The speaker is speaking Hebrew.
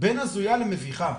בין הזויה למביכה.